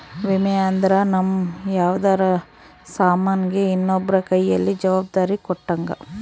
ವಿಮೆ ಅಂದ್ರ ನಮ್ ಯಾವ್ದರ ಸಾಮನ್ ಗೆ ಇನ್ನೊಬ್ರ ಕೈಯಲ್ಲಿ ಜವಾಬ್ದಾರಿ ಕೊಟ್ಟಂಗ